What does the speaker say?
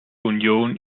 union